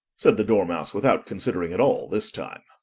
said the dormouse, without considering at all this time.